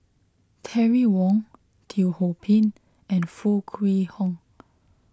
Terry Wong Teo Ho Pin and Foo Kwee Horng